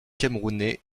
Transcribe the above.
camerounais